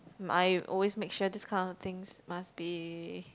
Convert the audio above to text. I always make sure these kind of things must be